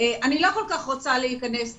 אני לא כל כך רוצה להיכנס לזה.